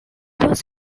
was